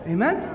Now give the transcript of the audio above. Amen